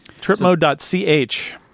tripmode.ch